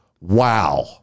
wow